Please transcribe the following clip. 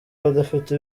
abadafite